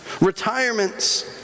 Retirements